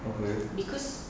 okay